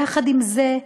יחד עם זה,